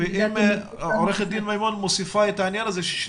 אנשים פונים אלי ואני רוצה לעזור להם ואני